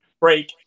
break